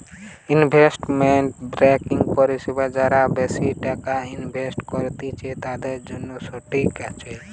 investment banking পরিষেবা যারা বেশি টাকা ইনভেস্ট করত্তিছে, তাদের জন্য ঠিক আছে